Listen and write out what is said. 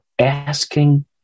Asking